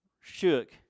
shook